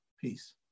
Peace